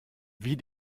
wie